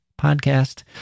podcast